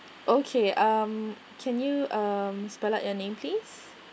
okay um can you um spell out your name please